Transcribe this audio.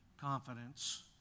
confidence